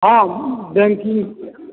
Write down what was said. हॅं बैंकिंग